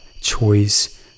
choice